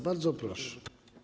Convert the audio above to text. Bardzo proszę.